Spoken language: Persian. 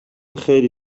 خیلی